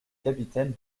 capitaines